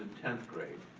tenth grade.